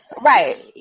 right